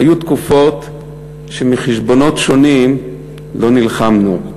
היו תקופות שמחשבונות שונים לא נלחמנו,